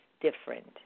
different